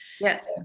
Yes